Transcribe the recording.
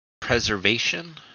preservation